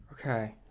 Okay